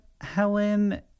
Helen